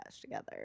together